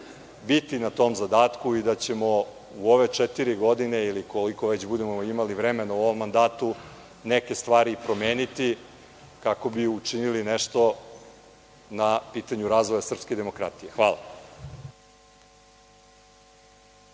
biti na tom zadatku i da ćemo u ove četiri godine, ili koliko već budemo imali vremena u ovom mandatu, neke stvari promeniti kako bi učinili nešto na pitanju razvoja srpske demokratije. Hvala.